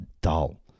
dull